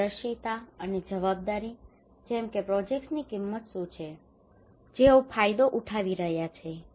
પારદર્શિતા અને જવાબદારી જેમ કે પ્રોજેક્ટ્સની કિંમત શું છે જેઓ તેનો ફાયદો ઉઠાવી રહ્યા છે